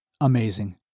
amazing